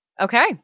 Okay